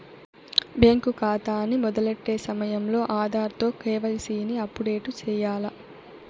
bank కాతాని మొదలెట్టే సమయంలో ఆధార్ తో కేవైసీని అప్పుడేటు సెయ్యాల్ల